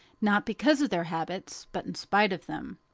not because of their habits, but in spite of them.